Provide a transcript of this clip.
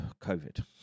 COVID